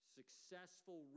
successful